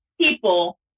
people